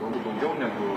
galbūt daugiau negu